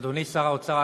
אדוני שר האוצר,